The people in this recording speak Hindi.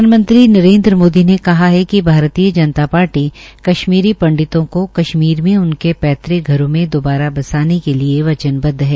प्रधानमंत्री नरेन्द्र मोदी ने कहा है कि भारतीय जनता पार्टी कश्मीरी पंडितों को कश्मीर में उनके पैतृक घरों में दोबारा बसाने के लिये वचनबदव है